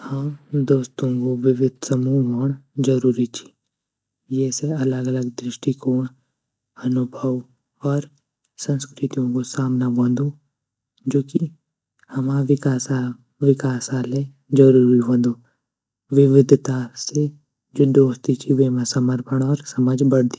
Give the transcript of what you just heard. हाँ दोस्तूँ विविद समूह वोण ज़रूरी ची ये से अलग अलग दृष्टिकोण, अनुभव, और संकृतियूँ ग सामना वंदु जूकी हमा विकास आ ले ज़रूरी वंदु विविदता से जू दोस्ती ची वेमा समर्पण और समझ बढ़दी।